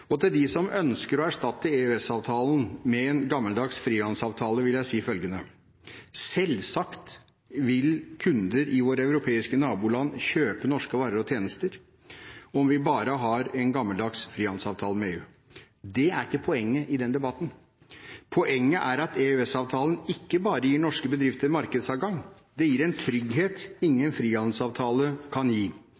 Til dem som ønsker å erstatte EØS-avtalen med en gammeldags frihandelsavtale, vil jeg si følgende: Selvsagt vil kunder i våre europeiske naboland kjøpe norske varer og tjenester om vi bare har en gammeldags frihandelsavtale med EU. Det er ikke poenget i den debatten. Poenget er at EØS-avtalen ikke bare gir norske bedrifter markedsadgang, den gir en trygghet